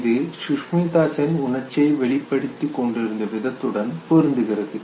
இது சுஷ்மிதா சென் உணர்ச்சியை வெளிப்படுத்திக் கொண்டிருந்த விதத்துடன் பொருந்துகிறது